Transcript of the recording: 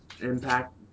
impact